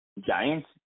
Giants